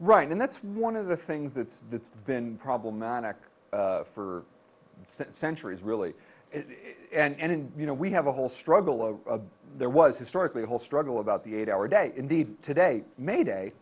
right and that's one of the things that's that's been problematic for centuries really and in you know we have a whole struggle a there was historically a whole struggle about the eight hour day indeed today may day